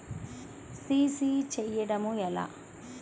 CC చేయడము ఎలా?